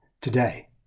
today